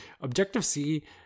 Objective-C